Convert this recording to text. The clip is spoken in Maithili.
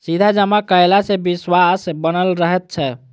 सीधा जमा कयला सॅ विश्वास बनल रहैत छै